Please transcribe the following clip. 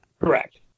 Correct